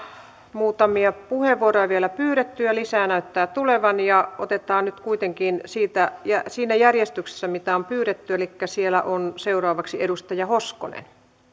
muutamia puheenvuoroja vielä pyydetty ja lisää näyttää tulevan otetaan nyt kuitenkin siinä järjestyksessä missä on pyydetty elikkä siellä on seuraavaksi edustaja hoskonen arvoisa rouva